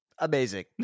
Amazing